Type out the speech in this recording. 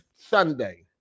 Sunday